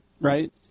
right